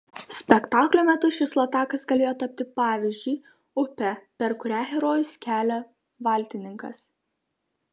spektaklio metu šis latakas galėjo tapti pavyzdžiui upe per kurią herojus kelia valtininkas